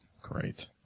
Great